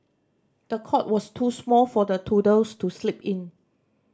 the cot was too small for the toddlers to sleep in